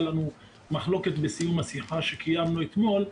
לנו מחלוקת בסיום השיחה שקיימנו אתמול,